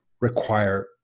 require